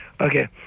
Okay